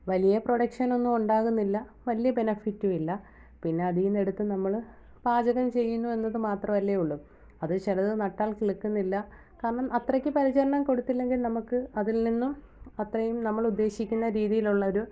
വലിയ പ്രൊഡക്ഷനൊന്നും ഉണ്ടാകുന്നില്ല വലിയ ബെനഫിറ്റുവില്ല പിന്നെ അതിൽ നിന്ന് എടുത്ത് നമ്മള് പാചകം ചെയ്യുന്നു എന്നത് മാത്രമല്ലേ ഉള്ളു അത് ചിലത് നട്ടാൽ കിളിർക്കുന്നില്ല കാരണം അത്രയ്ക്ക് പരിചരണം കൊടുത്തില്ലെങ്കിൽ നമുക്ക് അതിൽ നിന്നും അത്രയും നമ്മളുദ്ദേശിക്കുന്ന രീതിയിൽ ഉള്ളൊരു